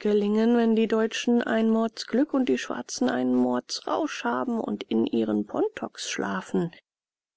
gelingen wenn die deutschen ein mordsglück und die schwarzen einen mordsrausch haben und in ihren pontoks schlafen